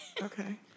Okay